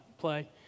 play